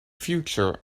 future